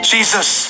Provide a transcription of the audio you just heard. Jesus